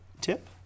Tip